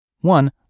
One